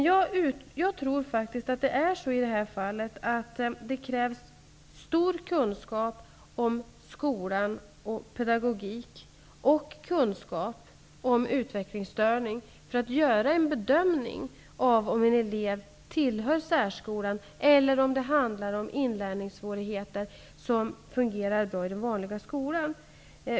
Jag tror att det i det här fallet krävs stor kunskap om skolan och om pedagogik samt kunskap om utvecklingsstörning för att göra en bedömning av om en elev skall tillhöra särskolan eller om det handlar om inlärningssvårigheter och att eleven skulle fungera bra i den vanliga skolan.